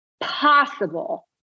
possible